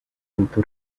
into